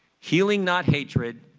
healing not hatred.